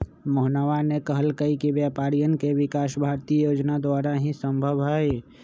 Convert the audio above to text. मोहनवा ने कहल कई कि व्यापारियन के विकास भारतीय योजना के द्वारा ही संभव हई